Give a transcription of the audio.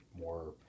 more